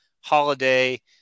Holiday